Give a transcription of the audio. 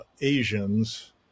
Asians